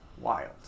wild